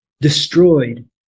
destroyed